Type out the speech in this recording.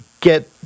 get